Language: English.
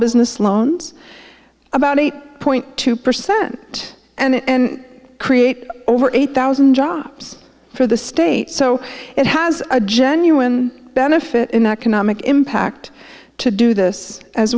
business loans about eight point two percent and create over eight thousand jobs for the state so it has a genuine benefit in economic impact to do this as